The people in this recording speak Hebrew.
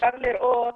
אפשר לראות